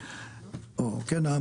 כן,